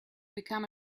become